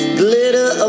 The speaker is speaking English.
glitter